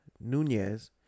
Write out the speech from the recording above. nunez